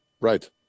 Right